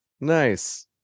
Nice